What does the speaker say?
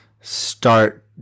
start